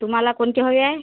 तुम्हाला कोणते हवे आहे